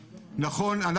נכון,